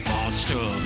Monster